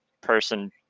person